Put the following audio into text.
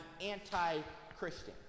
Anti-christian